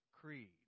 Creed